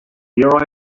here